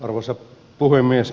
arvoisa puhemies